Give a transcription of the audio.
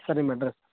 sir ನಿಮ್ಮ address